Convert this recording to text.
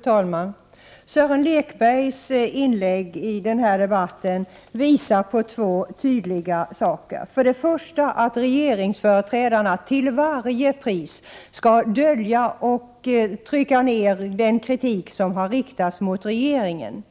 Fru talman! Sören Lekbergs inlägg i denna debatt visar tydligt på två förhållanden som jag vill kommentera. För det första: Regeringsföreträdarna vill till varje pris dölja och trycka ned den kritik som har riktats mot regeringen.